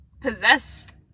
possessed